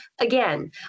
again